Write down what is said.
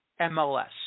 MLS